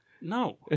No